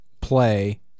play